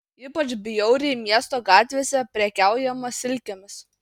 ypač bjauriai miesto gatvėse prekiaujama silkėmis